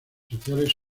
sociales